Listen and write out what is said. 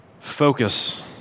Focus